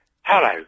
Hello